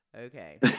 Okay